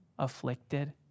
afflicted